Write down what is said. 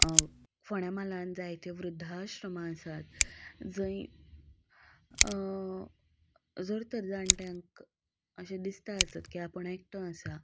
फोंड्यां म्हालान जायत्यो वृध्दाश्रमां आसात जंय जर तर जाणट्यांक अशें दिसता आसत की आपूण एकटो आसा